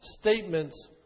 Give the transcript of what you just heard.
statements